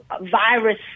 virus